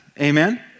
Amen